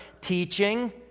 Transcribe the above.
teaching